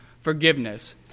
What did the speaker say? forgiveness